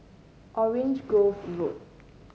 Orange Grove Road